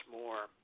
more